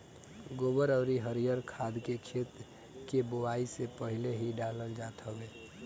गोबर अउरी हरिहर खाद के खेत के बोआई से पहिले ही डालल जात हवे